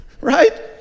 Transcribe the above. right